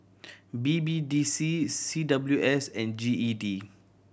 B B D C C W S and G E D